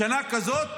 בשנה כזאת